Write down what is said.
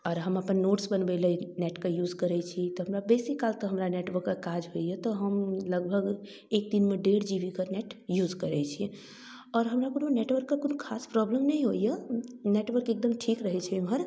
आओर हम अपन नोट्स बनबै लेल नेटके यूज करै छी तऽ हमरा बेसीकाल तऽ हमरा नेटवर्कके काज होइए तऽ हम लगभग एक दिनमे डेढ़ जी बी के नेट यूज करै छिए आओर हमरा कोनो नेटवर्कके कोनो खास प्रॉब्लम नहि होइए नेटवर्क एकदम ठीक रहै छै एम्हर